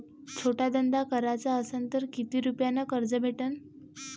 छोटा धंदा कराचा असन तर किती रुप्यावर कर्ज भेटन?